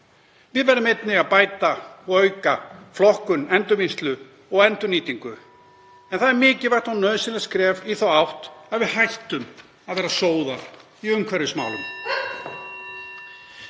við verðum einnig að bæta og auka flokkun, endurvinnslu og endurnýtingu, (Forseti hringir.) en það er mikilvægt og nauðsynlegt skref í þá átt að við hættum að vera sóðar í umhverfismálum.